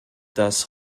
das